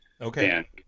Okay